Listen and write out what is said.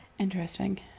interesting